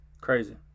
Crazy